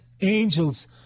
angels